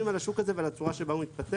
ועל השוק הזה ועל הצורה שבה הוא מתפתח.